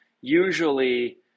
usually